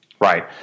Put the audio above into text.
Right